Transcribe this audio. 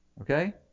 okay